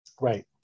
Right